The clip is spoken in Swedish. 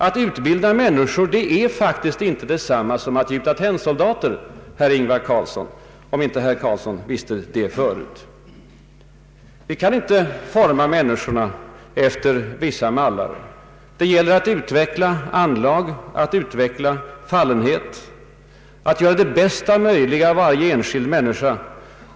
Att utbilda människor är faktiskt inte detsamma som att gjuta tennsoldater, herr Ingvar Carlsson, om ni inte visste det förut. Vi kan inte forma människorna efter mallar. Det gäller att utveckla anlag, att utveckla fallenhet, att göra det bästa möjliga av varje enskild människa.